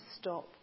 stop